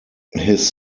his